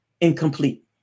incomplete